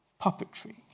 puppetry